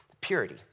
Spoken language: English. Purity